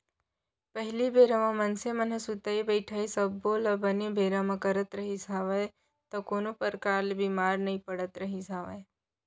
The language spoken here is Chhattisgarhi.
पहिली बेरा म मनसे मन ह सुतई बइठई सब्बो ल बने बेरा म करत रिहिस हवय त कोनो परकार ले बीमार नइ पड़त रिहिस हवय